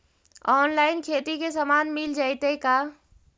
Online खेती के सामान मिल जैतै का?